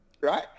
right